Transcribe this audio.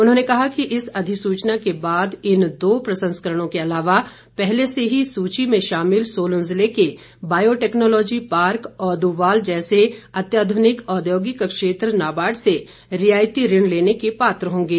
उन्होंने कहा कि इस अधिसूचना के बाद इन दो प्रसंस्करणों के अलावा पहले से ही सूची में शामिल सोलन जिले के बायोटैक्नोलॉजी पार्क ओदुवाल जैसे अत्याध्रनिक औद्योगिक क्षेत्र नाबार्ड से रियायती ऋण लेने के पात्र होंगे